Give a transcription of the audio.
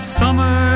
summer